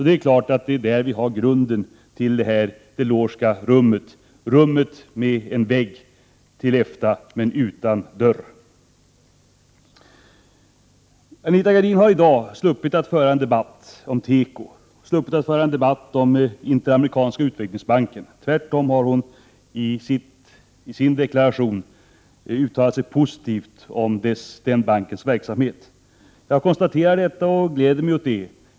Det är klart att det är där vi har grunden till Delorska rummet; rummet med en vägg mot EFTA, men utan dörr. Anita Gradin har i dag sluppit att föra en debatt om teko, sluppit att föra en debatt om Interamerikanska utvecklingsbanken. Tvärtom har hon i sin deklaration uttalat sig positivt om den bankens verksamhet. Jag konstaterar detta, och gläder mig åt det.